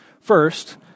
First